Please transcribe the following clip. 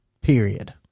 period